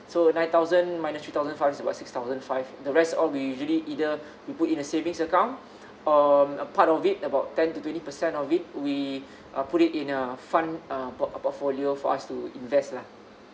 so nine thousand minus three thousand five it's about six thousand five the rest all we usually either we put in a savings account or a part of it about ten to twenty percent of it we uh put it in a fund uh port~ portfolio for us to invest lah